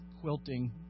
quilting